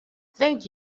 thank